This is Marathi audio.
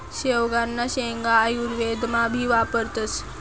शेवगांना शेंगा आयुर्वेदमा भी वापरतस